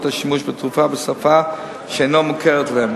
השימוש בתרופה בשפה שאינה מוכרת להם.